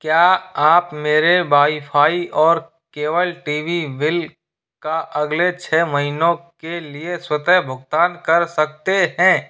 क्या आप मेरे वाईफाई और केबल टीवी बिल का अगले छः महीनों के लिए स्वतः भुगतान कर सकते हैं